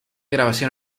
grabación